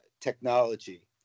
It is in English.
technology